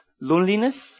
loneliness